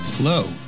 Hello